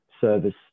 service